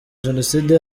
jenoside